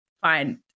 find